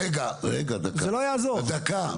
רגע, דקה.